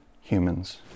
humans